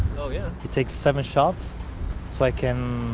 oh yeah? it takes seven shots so i can,